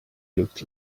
look